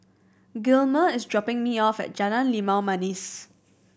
Gilmer is dropping me off at Jalan Limau Manis